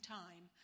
time